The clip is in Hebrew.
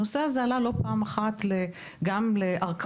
הנושא הזה עלה לא פעם אחת גם לערכאות,